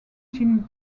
jim